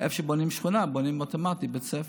שכונה בונים אוטומטית בית ספר.